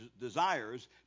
desires